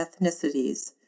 ethnicities